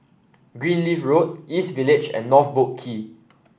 Greenleaf Road East Village and North Boat Quay